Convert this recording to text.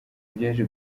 byaje